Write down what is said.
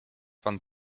pan